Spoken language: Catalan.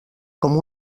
com